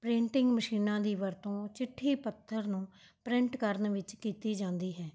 printing ਮਸ਼ੀਨਾਂ ਦੀ ਵਰਤੋਂ ਚਿੱਠੀ ਪੱਤਰ ਨੂੰ ਪ੍ਰਿੰਟ ਕਰਨ ਵਿੱਚ ਕੀਤੀ ਜਾਂਦੀ ਹੈ